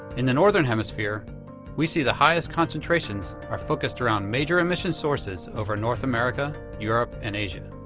in the northern hemisphere we see the highest concentrations are focused around major emissions sources over north america, europe and asia.